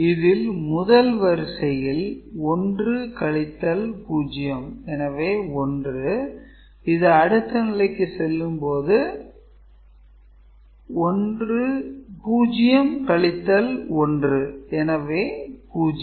இதில் முதல் வரிசையில் 1 - 0 எனவே 1 இது அடுத்த நிலைக்கு செல்லும் போது கழித்தல் 1 எனவே 0